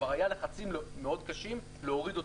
כבר היו לחצים מאוד קשים להוריד אותו.